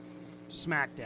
SmackDown